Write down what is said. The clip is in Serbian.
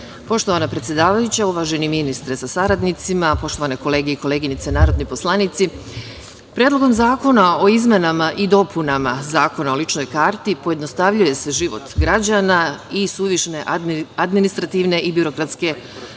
predsedavajuća, uvaženi ministre sa saradnicima, poštovane kolege i koleginice narodni poslanici, Predlogom zakona o izmenama i dopunama Zakona o ličnoj karti pojednostavljuje se život građana i suvišne administrativne i birokratske procedure.